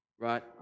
right